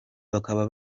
bakaba